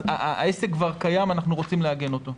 העסק כבר קיים ואנחנו רוצים לעגן אותו.